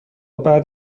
بعد